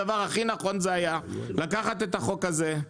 הדבר הכי נכון יהיה לקחת את החוק הזה,